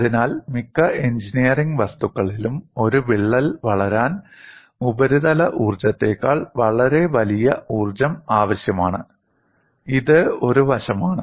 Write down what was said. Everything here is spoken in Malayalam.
അതിനാൽ മിക്ക എഞ്ചിനീയറിംഗ് വസ്തുക്കളിലും ഒരു വിള്ളൽ വളരാൻ ഉപരിതല ഊർജ്ജത്തേക്കാൾ വളരെ വലിയ ഊർജ്ജം ആവശ്യമാണ് ഇത് ഒരു വശമാണ്